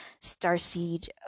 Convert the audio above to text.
starseed